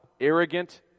arrogant